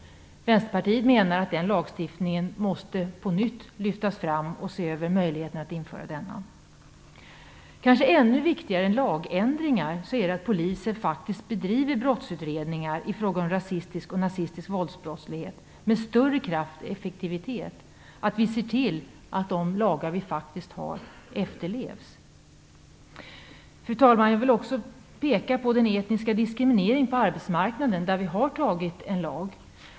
Vänsterpartiet menar att man på nytt måste se över möjligheten att införa den lagstiftningen. Kanske viktigare än att införa lagändringar är det att poliser faktiskt bedriver brottsutredningar om rasistisk och nazistisk våldsbrottslighet med större kraft och effektivitet. Vi måste se till att de lagar vi faktiskt har efterlevs. Fru talman! Jag vill också peka på den etniska diskrimineringen på arbetsmarknaden, där vi har antagit en lag.